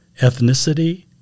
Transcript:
ethnicity